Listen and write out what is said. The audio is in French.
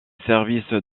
services